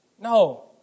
No